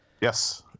Yes